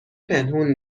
پنهون